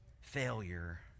failure